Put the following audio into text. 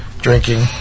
Drinking